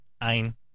ein